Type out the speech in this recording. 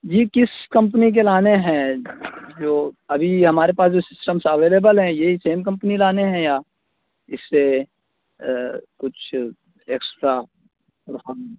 جی کس کمپنی کے لانے ہیں جو ابھی ہمارے پاس جو سسٹمس اویلیبل ہیں یہی سیم کمپنی لانے ہیں یا اس سے کچھ اکسٹرا اور ہم